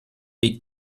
weg